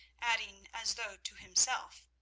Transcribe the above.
adding as though to himself,